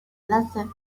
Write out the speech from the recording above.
lastfm